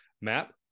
map